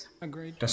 agreed